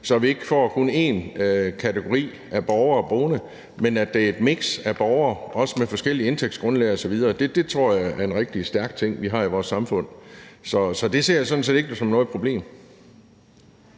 så vi ikke kun får en kategori af borgere boende, men at det er et miks af borgere, også med forskellig indtægtsgrundlag osv. Det tror jeg er en rigtig stærk ting, vi har i vores samfund; så det ser jeg sådan set ikke som noget problem.